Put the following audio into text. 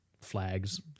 flags